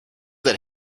that